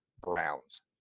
Browns